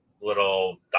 little